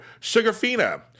Sugarfina